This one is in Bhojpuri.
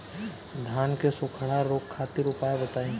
धान के सुखड़ा रोग खातिर उपाय बताई?